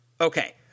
Okay